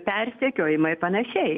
persekiojimai ir panašiai